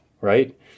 right